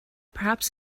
perhaps